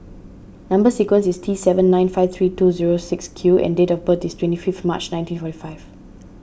Number Sequence is T seven nine five three two zero six Q and date of birth is twenty fifth March nineteen forty five